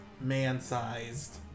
man-sized